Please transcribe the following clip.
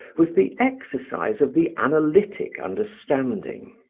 was the exercise of the analytic understanding.